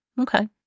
Okay